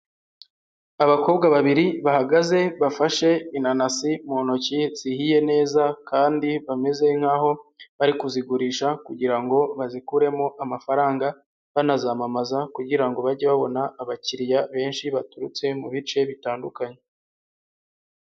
Abakobwa babiri bahagaze bafashe inanasi mu ntoki zihiye neza kandi bameze nk'aho bari kuzigurisha kugira ngo bazikuremo amafaranga, banazamamaza kugira ngo bajye babona abakiriya benshi baturutse mu bice bitandukanye